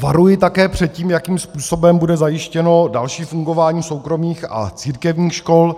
Varuji také před tím, jakým způsobem bude zajištěno další fungování soukromých a církevních škol.